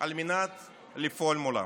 על מנת לפעול מולם.